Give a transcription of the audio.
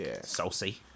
saucy